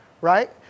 right